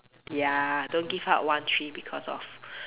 ya don't give up one tree because of